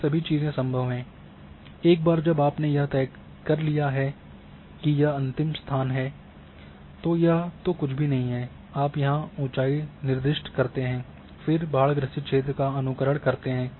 ये सभी चीजें संभव हैं एक बार जब आपने यह तय कर लिया है कि यह अंतिम स्थान है और यह तो कुछ भी नहीं है यहाँ आप ऊंचाई निर्दिष्ट करते हैं फिर बाढ़ग्रसित क्षेत्र का अनुकरण करते हैं